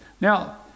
Now